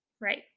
Right